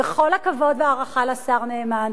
בכל הכבוד וההערכה לשר נאמן,